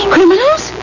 Criminals